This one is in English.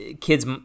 kids